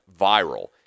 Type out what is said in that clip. viral